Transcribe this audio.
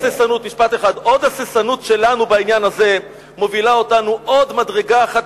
עוד משפט אחד: עוד הססנות שלנו בעניין הזה מובילה אותנו עוד מדרגה אחת